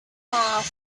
last